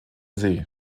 see